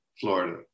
Florida